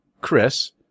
Chris